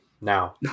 now